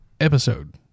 episode